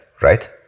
right